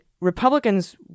Republicans